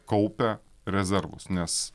kaupia rezervus nes